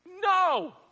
No